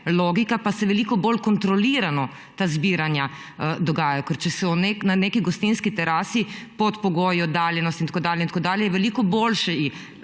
logika pa se veliko bolj kontrolirano ta zbiranja dogajajo. Ker če se na neki gostinski terasi pod pogoji oddaljenosti in tako dalje in tako dalje,